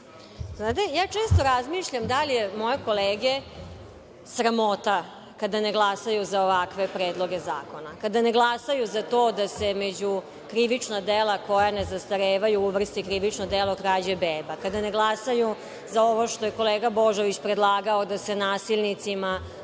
često razmišljam da li je moje kolege sramota kada ne glasaju za ovakve predloge zakona, kada ne glasaju za to da se među krivična dela koja ne zastarevaju uvrsti krivično delo – krađe beba, kada ne glasaju za ovo što je kolega Božović predlagao da se nasilnicima oduzme